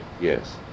Yes